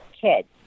kids